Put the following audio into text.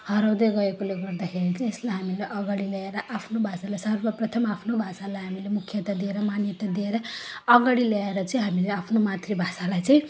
हराउँदै गएकोले गर्दाखेरि चाहिँ यसलाई हामीले अगाडि ल्याएर आफ्नो भाषालाई सर्वप्रथम आफ्नो भाषालाई हामीले मुख्यता दिएर मान्यता दिएर अगाडि ल्याएर चाहिँ हामीले आफ्नो मातृभाषालाई चाहिँ